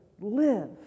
Live